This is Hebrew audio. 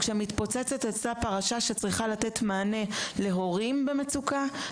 כשמתפוצצת אצלה פרשה שצריכה לתת מענה להורים במצוקה,